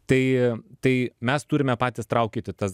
tai tai mes turime patys traukyti tas